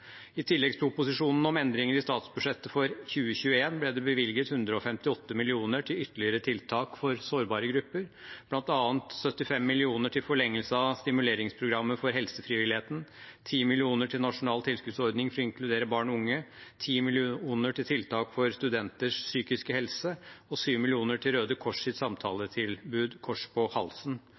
I tilleggsproposisjonen om endringer i statsbudsjettet for 2021 ble det bevilget 158 mill. kr til ytterligere tiltak for sårbare grupper, bl.a. 75 mill. kr til forlengelse av stimuleringsprogrammet for helsefrivilligheten, 10 mill. kr til nasjonal tilskuddsordning for å inkludere barn og unge, 10 mill. kr for tiltak for studenters psykiske helse og 7 mill. kr til Røde Kors sitt samtaletilbud,